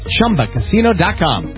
Chumbacasino.com